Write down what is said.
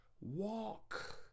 walk